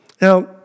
Now